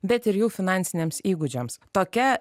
bet ir jų finansiniams įgūdžiams tokia